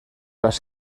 las